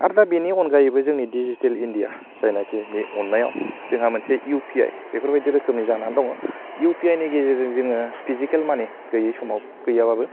आरो दा बेनि अनगायैबो जोंनि डिजिटेल इण्डिया जायनाखिनि अननायाव जोंहा मोनसे इउ पि आइ बेफेरबायदि रोखोमनि जानानै दङ इउ पि आइनि गेजेरजों जोङो फिजिकेल मानि गैयै समाव गैयाबाबो